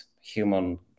human